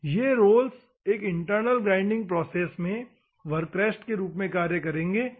ये रोल्स एक internal grinding process में वर्क रेस्ट के रूप में कार्य करेंगे ठीक है